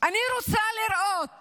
אני רוצה לראות